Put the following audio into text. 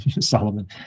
Solomon